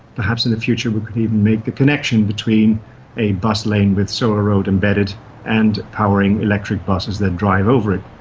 perhaps in future we could even make the connection between a bus lane with solar road embedded and powering electric buses that drive over it.